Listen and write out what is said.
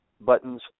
buttons